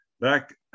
back